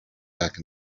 back